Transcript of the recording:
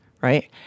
right